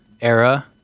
era